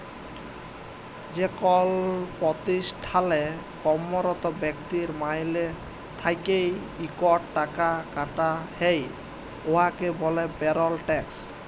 যেকল পতিষ্ঠালে কম্মরত ব্যক্তির মাইলে থ্যাইকে ইকট টাকা কাটা হ্যয় উয়াকে ব্যলে পেরল ট্যাক্স